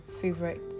favorite